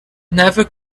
never